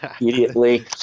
immediately